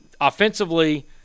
offensively